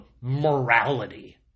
morality